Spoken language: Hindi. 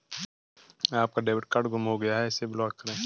आपका डेबिट कार्ड गुम हो गया है इसे ब्लॉक करें